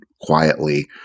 quietly